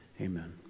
Amen